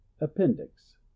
Appendix